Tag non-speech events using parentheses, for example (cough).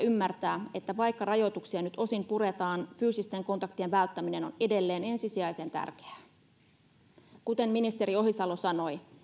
(unintelligible) ymmärtää että vaikka rajoituksia nyt osin puretaan fyysisten kontaktien välttäminen on edelleen ensisijaisen tärkeää kuten ministeri ohisalo sanoi